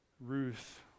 Ruth